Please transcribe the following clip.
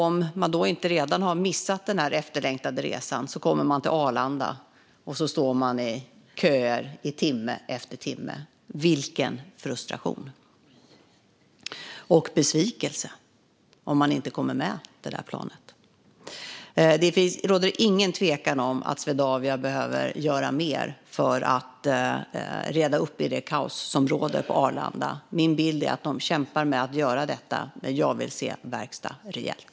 Om man då inte redan har missat den efterlängtade resan kommer man till Arlanda där man får stå i köer i timme efter timme. Vilken frustration och besvikelse om man inte kommer med på det där planet. Det råder ingen tvekan om att Swedavia behöver göra mer för att reda upp i det kaos som råder på Arlanda. Min bild är att de kämpar med att göra detta, men jag vill se verkstad rejält.